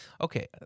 Okay